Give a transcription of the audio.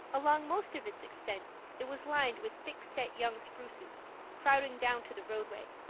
along most of its extent it was lined with thick-set young spruces crowding down to the roadway,